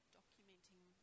documenting